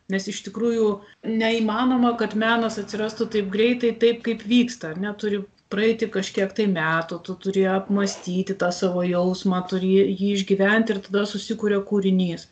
nes iš tikrųjų neįmanoma kad menas atsirastų taip greitai taip kaip vyksta ar ne turi praeiti kažkiek tai metų tu turi apmąstyti tą savo jausmą turį jį išgyventi ir tada susikuria kūrinys